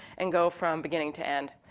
and go from beginning to end,